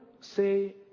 say